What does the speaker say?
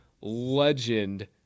legend